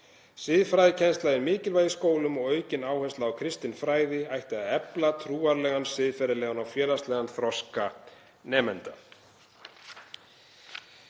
Siðfræðikennsla er mikilvæg í skólum og aukin áhersla á kristinfræði ætti að efla trúarlegan, siðferðilegan og félagslegan þroska nemenda.